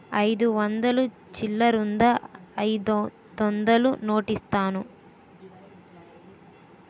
అయిదు వందలు చిల్లరుందా అయిదొందలు నోటిస్తాను?